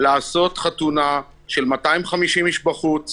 לעשות חתונה עם 250 אנשים בחוץ